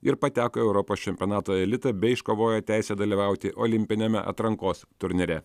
ir pateko į europos čempionato elitą bei iškovojo teisę dalyvauti olimpiniame atrankos turnyre